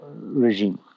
regime